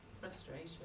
Frustration